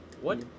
What-